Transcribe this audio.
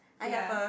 ya